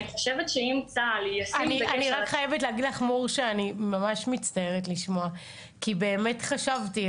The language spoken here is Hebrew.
מור, אני ממש מצטערת לשמוע, כי באמת חשבתי.